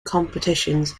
competitions